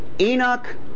Enoch